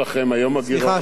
גברתי שרת הקליטה,